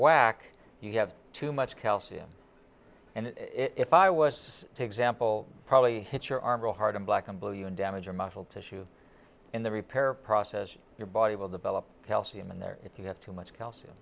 whack you have too much calcium and if i was to example probably hit your arm real hard i'm black and blue and damage or muscle tissue in the repair process your body will develop calcium in there if you have too much calcium